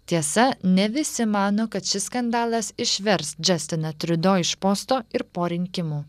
tiesa ne visi mano kad šis skandalas išvers džastiną triudo iš posto ir po rinkimų